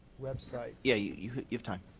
website. yeah you you have time.